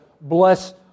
bless